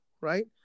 Right